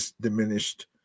diminished